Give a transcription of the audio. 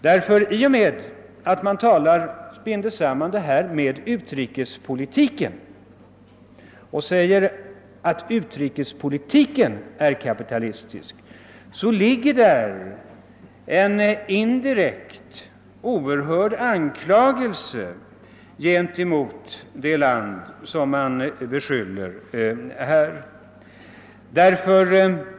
När man binder samman det uttrycket med utrikespolitiken och säger att denna är kapitalistisk-imperialistisk, så ligger däri en indirekt och oerhörd anklagelse mot det land som beskylls härför.